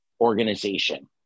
organization